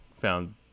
found